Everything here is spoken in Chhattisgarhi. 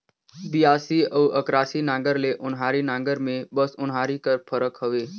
बियासी अउ अकरासी नांगर ले ओन्हारी नागर मे बस ओन्हारी कर फरक हवे